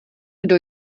kdo